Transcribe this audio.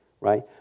right